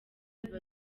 biba